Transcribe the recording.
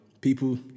People